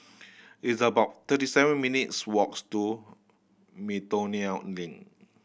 it's about thirty seven minutes' walks to Miltonia Link